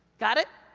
got it?